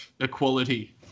equality